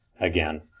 again